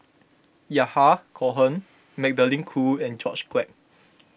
Yahya Cohen Magdalene Khoo and George Quek